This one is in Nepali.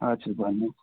हजुर भन्नु